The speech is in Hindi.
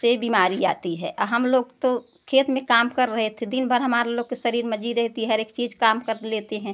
से बिमारी आती है हम लोग तो खेत में काम कर रहे थे दिन भर हमार लोग के शरीर मजी रहती हर एक चीज़ काम कर लेते हैं